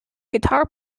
guitar